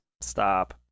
Stop